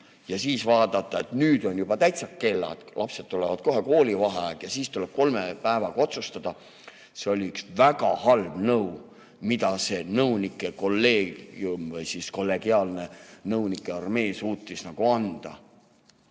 ja siis vaadata, et nüüd on juba täitsa kellad, lastel tuleb kohe koolivaheaeg, seega tuleb kolme päevaga otsustada. See oli üks väga halb nõu, mida see nõunike kolleegium või kollegiaalne nõunike armee suutis anda.